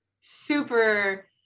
super